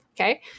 Okay